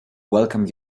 welcome